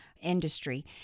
industry